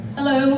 Hello